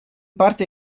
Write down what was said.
parte